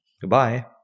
Goodbye